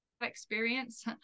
experience